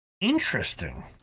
Interesting